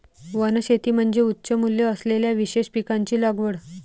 वनशेती म्हणजे उच्च मूल्य असलेल्या विशेष पिकांची लागवड